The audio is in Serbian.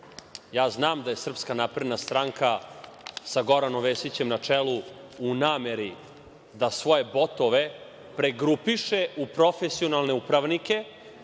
Ja znam da je SNS, sa Goranom Vesićem na čelu, u nameri da svoje botove pregrupiše u profesionalne upravnike,